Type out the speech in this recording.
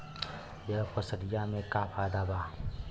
यह फसलिया में का फायदा बा?